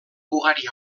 ugari